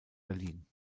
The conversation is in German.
berlin